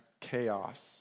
chaos